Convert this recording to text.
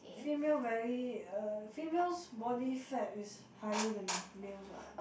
female very uh female's body fat is higher than males [what]